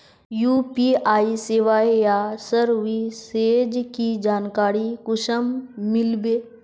UPI सेवाएँ या services की जानकारी कुंसम मिलबे?